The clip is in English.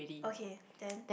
okay then